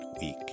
week